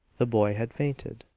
the boy had fainted.